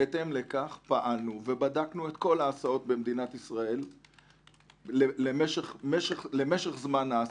בהתאם לכך פעלנו ובדקנו את כל ההסעות במדינת ישראל לגבי משך זמן ההסעה.